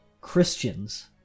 Christians